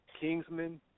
Kingsman